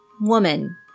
woman